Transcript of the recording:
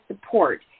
support